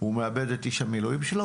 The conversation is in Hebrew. הוא מאבד את איש המילואים שלו,